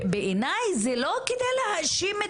בעיניי זה לא כדי להאשים,